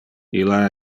illa